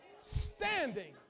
standing